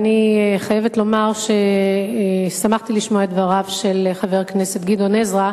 אני חייבת לומר ששמחתי לשמוע את דבריו של חבר הכנסת גדעון עזרא,